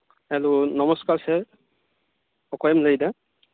hello ᱱᱚᱢᱚᱥᱠᱟᱨ sir ᱚᱠᱚᱭᱮᱢ ᱞᱟᱹᱭ ᱮᱫᱟ